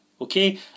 okay